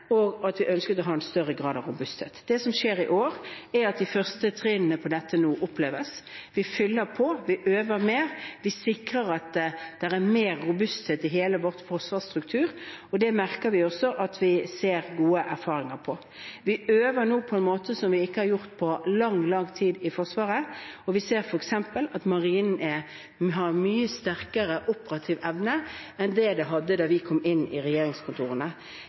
og at vi ønsket å ha en større grad av robusthet. Det som skjer i år, er at de første trinnene på dette nå oppleves. Vi fyller på, vi øver mer, vi sikrer at det er mer robusthet i hele vår forsvarsstruktur, og det har vi også gode erfaringer fra. Vi øver nå på en måte som vi ikke har gjort på lang, lang tid i Forsvaret, og vi ser f.eks. at Marinen har en mye sterkere operativ evne enn de hadde da vi kom inn i regjeringskontorene.